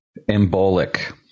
Embolic